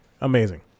Amazing